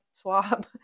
swab